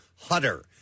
Hutter